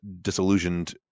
disillusioned